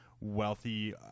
wealthy